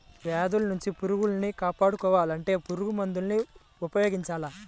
వ్యాధుల్నించి పట్టుపురుగుల్ని కాపాడుకోవాలంటే పురుగుమందుల్ని ఉపయోగించాల